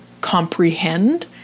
comprehend